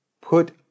put